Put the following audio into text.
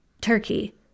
turkey